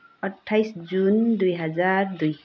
अठ्ठाइस जुन दुई हजार दुई